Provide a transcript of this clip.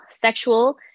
sexual